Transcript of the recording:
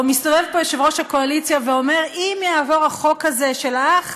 מסתובב פה יושב-ראש הקואליציה ואומר: אם יעבור החוק הזה שלך,